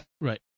Right